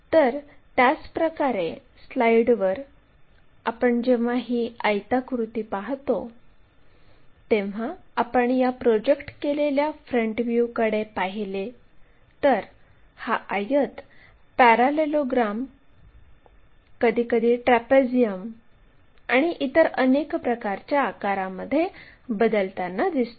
तर त्याच प्रकारे स्लाइडवर आपण जेव्हा ही आयताकृती पाहतो तेव्हा आपण या प्रोजेक्ट केलेल्या फ्रंट व्ह्यूकडे पाहिले तर हा आयत पॅरालेलोग्रॅम कधीकधी ट्रॅपेझियम आणि इतर अनेक प्रकारच्या आकारामध्ये बदलताना दिसतो